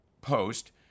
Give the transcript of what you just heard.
post